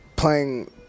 Playing